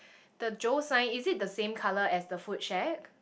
the Joe sign is it the same colour as the food shack